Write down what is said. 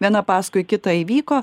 viena paskui kitą įvyko